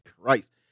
Christ